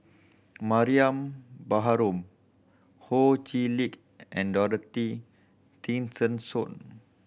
Mariam Baharom Ho Chee Lick and Dorothy Tessensohn